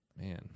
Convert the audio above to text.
Man